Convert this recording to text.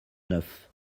neuf